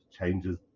changes